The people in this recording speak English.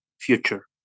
future